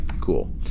cool